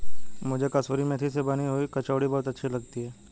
मुझे कसूरी मेथी से बनी हुई कचौड़ी बहुत अच्छी लगती है